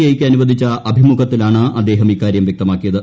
ഐക്ക് അനുവദിച്ച അഭിമുഖത്തിലാണ് അദ്ദേഹം ഇക്കാര്യം വൃക്തമാക്കിയത്